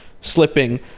slipping